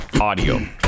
audio